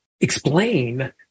explain